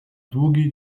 długi